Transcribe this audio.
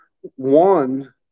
one—